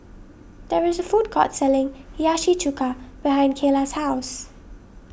there is a food court selling Hiyashi Chuka behind Kaela's house